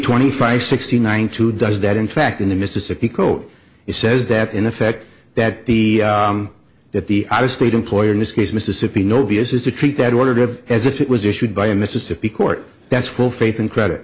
twenty five sixty nine two does that in fact in the mississippi code it says that in effect that the that the out of state employee in this case mississippi no b s is to treat that ordered as if it was issued by a mississippi court that's full faith and credit